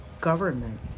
government